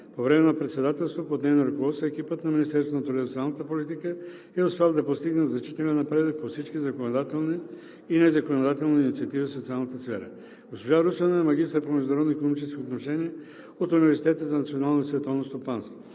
По време на Председателството под нейно ръководство екипът на Министерството на труда и социалната политика е успял да постигне значителен напредък по всички законодателни и незаконодателни инициативи в социалната сфера. Госпожа Русинова е магистър по международни икономически отношения от Университета за национално и световно стопанство.